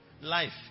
Life